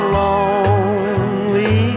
lonely